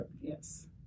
Yes